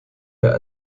der